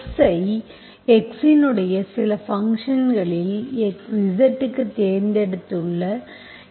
x ஐ x இன் சில ஃபங்க்ஷன்களில் Z க்கு தேர்ந்தெடுத்துள்ளேன்